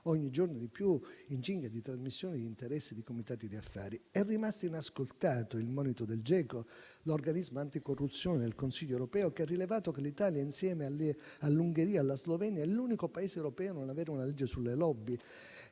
ogni giorno di più in cinghia di trasmissione di interessi di comitati di affari. È rimasto inascoltato il monito del Greco, l'organismo anticorruzione del Consiglio europeo, che ha rilevato che l'Italia, insieme all'Ungheria e alla Slovenia, è l'unico Paese europeo a non avere una legge sulle *lobby*.